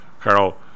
Carl